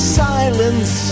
silence